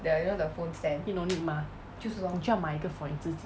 he no need mah 你就要买一个 for 你自己